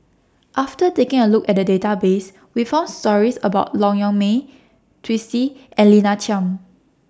after taking A Look At The Database We found stories about Long Yong May Twisstii and Lina Chiam